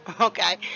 okay